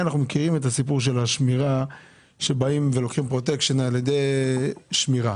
אנחנו הרי מכירים את הנושא הזה כשבאים ולוקחים פרוטקשן באמצעות שמירה.